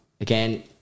again